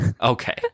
Okay